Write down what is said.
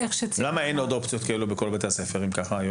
למה אין עוד אופציות כאלה בכל בתי הספר היום?